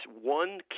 one